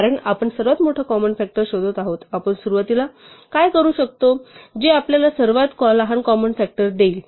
कारण आपण सर्वात मोठा कॉमन फ़ॅक्टर शोधत आहोत आपण सुरुवातीला काय सुरू करू शकतो जे आपल्याला सर्वात लहान कॉमन फ़ॅक्टर देईल